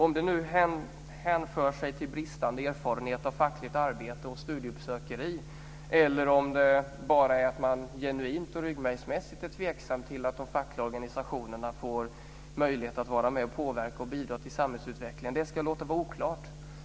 Om det hänför sig till bristande erfarenhet av fackligt arbete och uppsökande verksamhet eller om det bara beror på att man genuint och ryggmärgsmässigt är tveksam till att de fackliga organisationerna får möjlighet att vara med och påverka och bidra till samhällsutveckling ska jag låta vara osagt.